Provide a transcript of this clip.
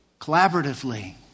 Collaboratively